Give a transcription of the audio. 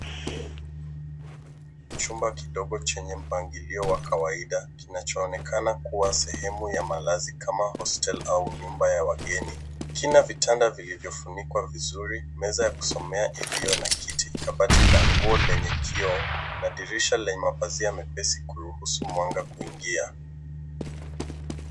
Chumba kidogo chenye mpangilio wa kawaida kinachoonekana kuwa sehemu ya malazi kama hostel au nyumba ya wageni. Kina vitanda vilivyofunikwa vizuri, meza ya kusomea iliyo na kiti, kabati la nguo lenye kioo na dirisha lenye mapazia mepesi kuruhusu mwanga kuingia.